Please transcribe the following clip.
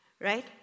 right